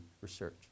research